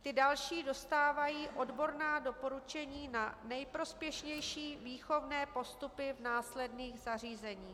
Ty další dostávají odborná doporučení na nejprospěšnější výchovné postupy v následných zařízeních.